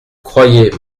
croyez